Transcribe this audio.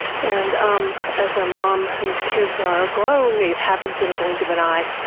and as a mom whose kids are grown, it happens in a blink of an eye.